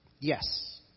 Yes